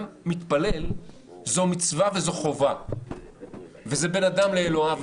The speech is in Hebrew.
מתפלל זו מצווה וזו חובה וזה בין אדם לאלוהיו,